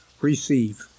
receive